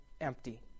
empty